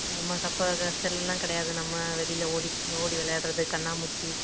ஆமாம் அப்போ க செல்லுலாம் கிடையாது நம்ம வெளியில ஓடி ஓடி விளையாட்றது கண்ணாமூச்சி